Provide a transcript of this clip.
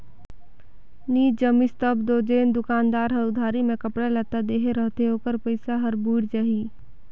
नी जमिस तब दो जेन दोकानदार हर उधारी में कपड़ा लत्ता देहे रहथे ओकर पइसा हर बुइड़ जाही